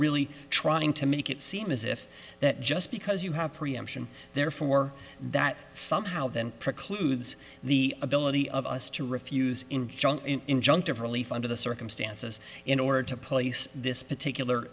really trying to make it seem as if that just because you have preemption therefore that somehow then precludes the ability of us to refuse injunctive relief under the circumstances in order to place this particular